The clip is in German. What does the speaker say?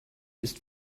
ist